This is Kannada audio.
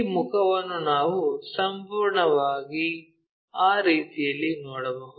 ಈ ಮುಖವನ್ನು ನಾವು ಸಂಪೂರ್ಣವಾಗಿ ಆ ರೀತಿಯಲ್ಲಿ ನೋಡಬಹುದು